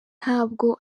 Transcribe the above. ntabwo